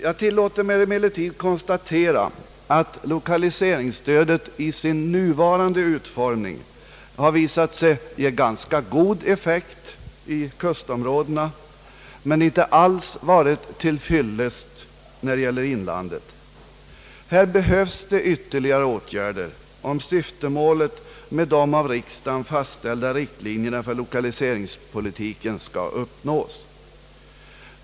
Jag tillåter mig emellertid konstatera, att lokaliseringsstödet i sin nuvarande utformning har visat sig ge ganska god effekt i kustområdena men inte alls varit till fyllest när det gäller inlandet. Här behövs ytterligare åtgärder, om syftemålet med de av riksdagen fastställda riktlinjerna för lokaliseringspolitiken skall uppnås.